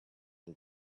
had